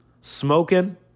smoking